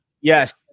Yes